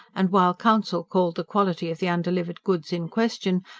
and while counsel called the quality of the undelivered goods in question,